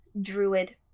druid